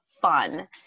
fun